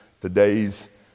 today's